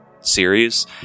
series